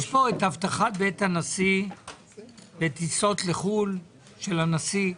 יש פה אבטחת בית הנשיא וטיסות לחו"ל של הנשיא.